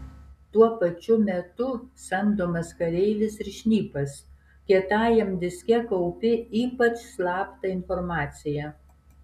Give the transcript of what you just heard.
tuo pačiu metu samdomas kareivis ir šnipas kietajam diske kaupi ypač slaptą informaciją